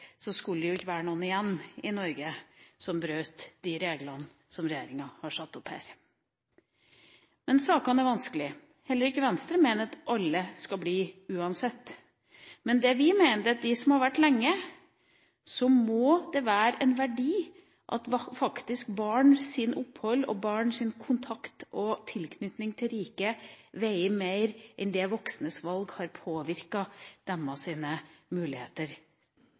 så skulle det jo ikke være noen igjen i Norge som brøt de reglene som regjeringa har satt opp her. Men sakene er vanskelige. Heller ikke Venstre mener at alle skal bli uansett, men vi mener at når det gjelder de som har vært her lenge, må det være en verdi at barns opphold, barns kontakt og tilknytning til riket veier mer enn det voksnes valg har påvirket deres muligheter.